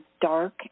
dark